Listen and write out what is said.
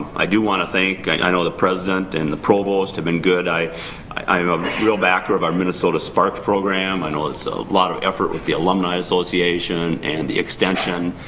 i do wanna thank. i know the president and the provost have been good. i am a real backer of our minnesota sparks program. i know it's a lot of effort with the alumni association and the extension.